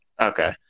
Okay